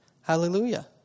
Hallelujah